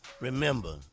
Remember